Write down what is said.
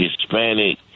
Hispanic